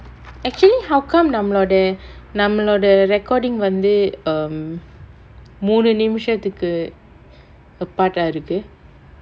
actually how come நம்மளோட நம்மளோட:nammaloda nammaloda recording வந்து:vanthu um மூணு நிமிஷத்துக்கு அப்பாட்டா இருக்கு:moonu nimishathukku appaattaa irukku